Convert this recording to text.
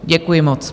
Děkuji moc.